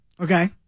okay